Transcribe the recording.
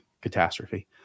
catastrophe